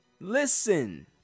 Listen